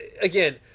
again